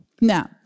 Now